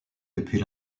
depuis